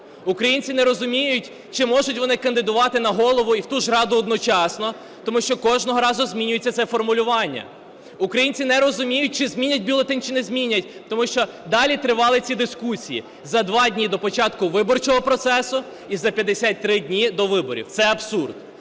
Українці не розуміють, чи можуть вони кандидувати на голову і в ту ж раду одночасно, тому що кожного разу змінюється це формулювання. Українці не розуміють, чи змінять бюлетень, чи не змінять, тому що далі тривали ці дискусії, за 2 дні до початку виборчого процесу і за 53 дні до виборів. Це абсурд.